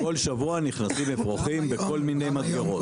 לא, כל שבוע נכנסים אפרוחים בכל מיני מדגרות.